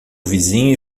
vizinho